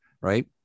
right